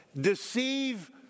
Deceive